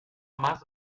más